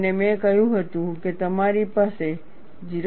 અને મેં કહ્યું હતું કે તમારી પાસે 0